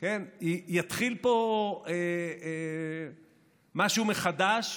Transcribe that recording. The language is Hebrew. יתחיל פה משהו מחדש,